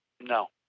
No